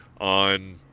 on